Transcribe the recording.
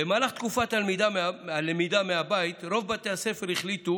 במהלך תקופת הלמידה מהבית רוב בתי הספר החליטו